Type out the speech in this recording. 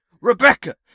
Rebecca